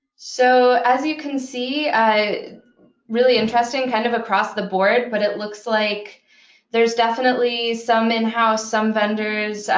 so as you can see, really interesting. kind of across the board. but it looks like there's definitely some in-house, some vendors,